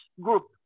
group